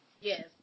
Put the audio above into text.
Yes